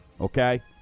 Okay